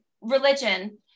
religion